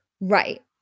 Right